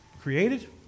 created